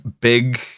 big